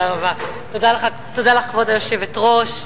כבוד היושבת-ראש,